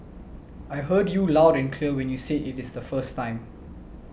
I heard you loud clear when you said it is the first time